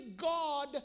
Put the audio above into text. God